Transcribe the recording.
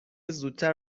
زودتر